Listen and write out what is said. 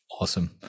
Awesome